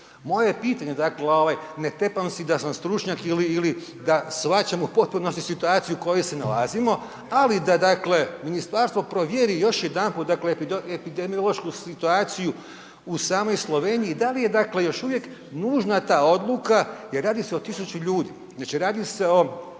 je pitanje, dakle ovaj, ne tepam si da sam stručnjak ili, ili da shvaćam u potpunosti situaciju u kojoj se nalazimo, ali da dakle, ministarstvo provjeri još jedanput, dakle epidemiološku situaciju u samoj Sloveniji, da li je dakle, još uvijek nužna ta odluka jer radi se o 1000 ljudi, znači radi se o